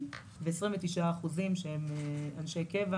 ו-29% מהם הם אנשי קבע